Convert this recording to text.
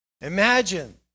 Imagine